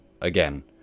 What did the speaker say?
Again